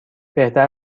بهتر